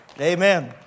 Amen